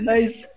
Nice